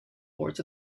boards